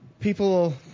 People